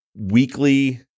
weekly